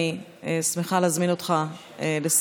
אני שמחה להזמין אותך לסכם